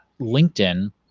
LinkedIn